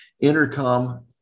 intercom